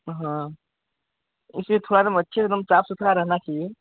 हँ इसे थोड़ा एकदम अच्छे से एकदम साफ सुथरा रहना चाहिए